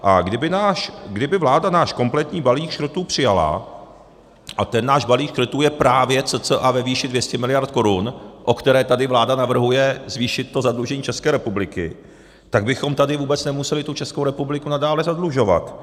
A kdyby vláda náš kompletní balík škrtů přijala a ten náš balík škrtů je právě cca ve výši 200 mld. korun, o které tady vláda navrhuje zvýšit to zadlužení České republiky tak bychom tady vůbec nemuseli tu Českou republiku nadále zadlužovat.